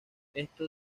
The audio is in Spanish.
esto